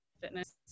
fitness